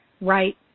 right